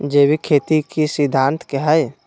जैविक खेती के की सिद्धांत हैय?